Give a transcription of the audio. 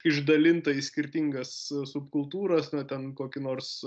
išdalinta į skirtingas subkultūras na ten kokį nors